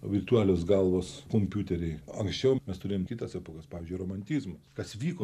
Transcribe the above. virtualios galvos kompiuteriai anksčiau mes turėjom kitas epochas pavyzdžiui romantizmo kas vyko